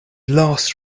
last